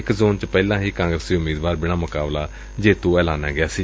ਇਕ ਜ਼ੋਨ ਚ ਪਹਿਲਾ ਹੀ ਕਾਗਰਸੀ ਉਮੀਦਵਾਰ ਬਿਨਾਂ ਮੁਕਾਬਲਾ ਜੇੜੂ ਐਲਾਨਿਆ ਗਿਆ ਸੀ